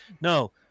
No